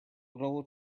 little